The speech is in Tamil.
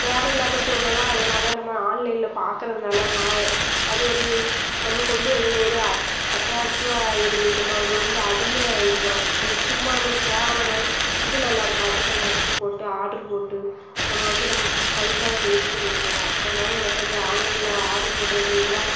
தேவையில்லாத பொருளைலாம் அதனால் நம்ம ஆன்லைனில் பார்க்குறதுனால மா அது ஒரு நமக்கு வந்து அது ஒரு அட் அட்ராக்டிவாக ஆயிருது நம்ம அதில் வந்து அடிமை ஆயிருதோம் அது சும்மா நமக்கு தேவை இல்லைனாலும் இது நல்லா இருக்கு அது நல்லா இருக்குன்னு போட்டு ஆர்ட்ரு போட்டு நம்ம வந்து நம்ம பைசாவை வேஸ்ட் பண்ணிகிட்டு இருக்கோம் அதனால் எனக்கு அந்த ஆன்லைனில் ஆர்ட்ரு போடுறது இதெலாம்